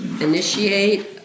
initiate